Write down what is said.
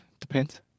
depends